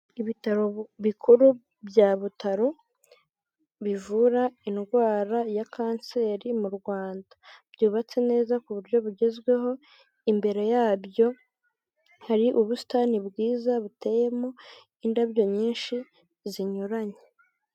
Ibitaro bikuru bya Butaro, bivura indwara ya kanseri mu Rwanda, byubatse neza ku buryo bugezweho, imbere yabyo hari ubusitani bwiza buteyemo indabyo nyinshi zinyuranye.